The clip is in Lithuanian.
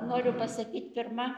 noriu pasakyt pirma